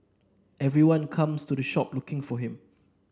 everyone comes to the shop looking for him